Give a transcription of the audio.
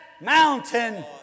mountain